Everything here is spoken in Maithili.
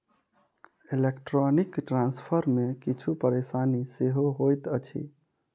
इलेक्ट्रौनीक ट्रांस्फर मे किछु परेशानी सेहो होइत अछि